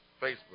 Facebook